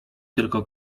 tylko